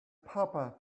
papa